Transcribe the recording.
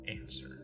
answer